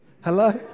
Hello